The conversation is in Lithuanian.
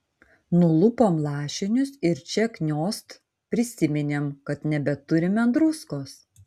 nulupom lašinius ir čia kniost prisiminėm kad nebeturime druskos